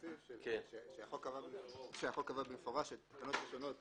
החוק קבע במפורש את התקנות השונות